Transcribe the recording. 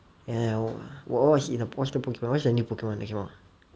ya ya what's in the what's the poke~ what's the new pokemon that came out